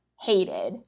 hated